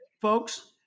folks